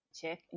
check